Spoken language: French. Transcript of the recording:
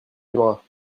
aimeras